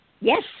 Yes